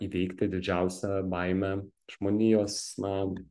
įveikti didžiausią baimę žmonijos na